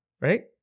Right